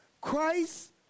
Christ